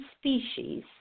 species